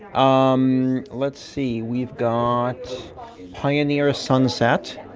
um let's see, we've got pioneer a sunset.